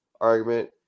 argument